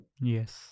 Yes